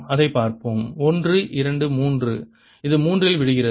அதைப் பார்ப்போம் 1 2 3 இது 3 இல் விழுகிறது